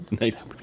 Nice